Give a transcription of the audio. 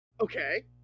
Okay